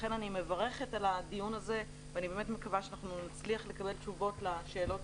לכן אני מברכת על הדיון הזה ואני באמת מקווה שנצליח לקבל תשובות לשאלות